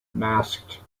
masked